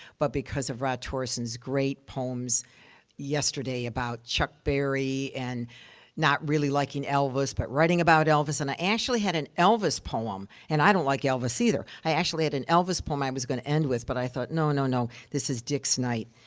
but because of rod torreson's great poems yesterday about chuck berry, and not really liking elvis but writing about elvis. and i actually had an elvis poem, and i don't like elvis either. i actually had an elvis poem i was gonna end with, but i thought, no, no, no, this is dick's night.